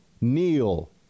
kneel